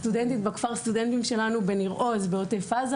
סטודנטית בכפר הסטודנטים שלנו בניר עוז שבעוטף עזה.